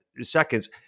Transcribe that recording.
seconds